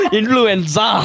influenza